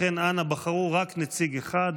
לכן, אנא בחרו רק נציג אחד,